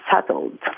settled